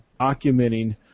documenting